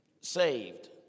saved